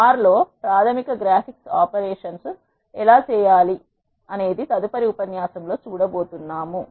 are R లో ప్రాథమిక graphics operation లను ఎలా చేయాలో తదుపరి ఉపన్యాసంలో చూడబోతున్నాం